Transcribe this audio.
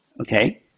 Okay